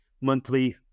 monthly